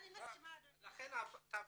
לכן תפרידי.